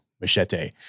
machete